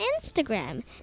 Instagram